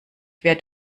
quer